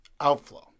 outflow